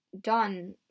done